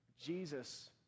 Jesus